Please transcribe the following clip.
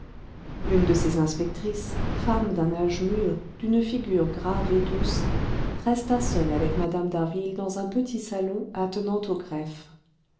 une de ces inspectrices femme d'un âge mûr d'une figure grave et douce resta seule avec mme d'harville dans un petit salon attenant au greffe